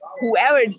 whoever